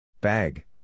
Bag